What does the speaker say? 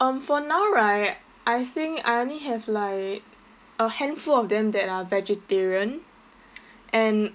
um for now right I think I only have like a handful of them that are vegetarian and